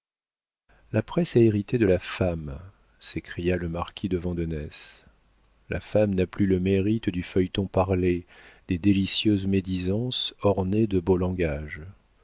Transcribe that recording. la presse a hérité de la femme s'écria le marquis de vandenesse la femme n'a plus le mérite du feuilleton parlé des délicieuses médisances ornées de beau langage